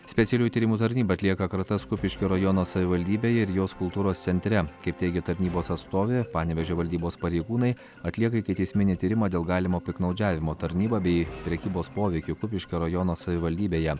specialiųjų tyrimų tarnyba atlieka kratas kupiškio rajono savivaldybėje ir jos kultūros centre kaip teigia tarnybos atstovė panevėžio valdybos pareigūnai atlieka ikiteisminį tyrimą dėl galimo piktnaudžiavimo tarnyba bei prekybos poveikiu kupiškio rajono savivaldybėje